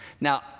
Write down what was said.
Now